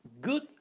good